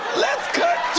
let's cut